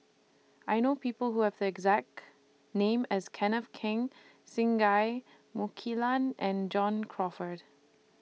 I know People Who Have The exact name as Kenneth Keng Singai Mukilan and John Crawfurd